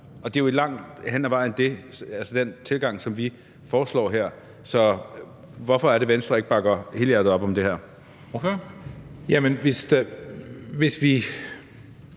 Og det er jo langt hen ad vejen den tilgang, som vi foreslår her. Så hvorfor er det, Venstre ikke bakker helhjertet op om det her? Kl. 18:33 Formanden